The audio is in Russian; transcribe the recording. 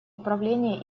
управления